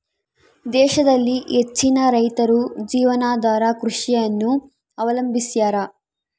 ದೇಶದಲ್ಲಿ ಹೆಚ್ಚಿನ ರೈತರು ಜೀವನಾಧಾರ ಕೃಷಿಯನ್ನು ಅವಲಂಬಿಸ್ಯಾರ